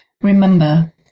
Remember